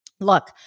Look